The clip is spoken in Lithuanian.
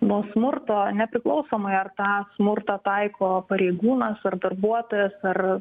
nuo smurto nepriklausomai ar tą smurtą taiko pareigūnas ar darbuotojas ar